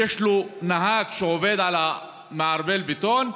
ויש לו נהג שעובד על מערבל הבטון,